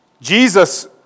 Jesus